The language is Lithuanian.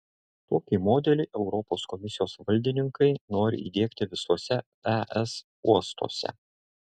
tokį modelį europos komisijos valdininkai nori įdiegti visuose es uostuose